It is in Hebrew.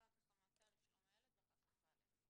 אחר כך המועצה לשלום הילד ואחר כך ולרי.